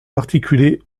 articulé